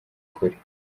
kure